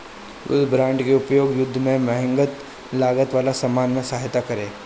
युद्ध बांड के उपयोग युद्ध में महंग लागत वाला सामान में सहायता करे